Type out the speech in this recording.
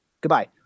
goodbye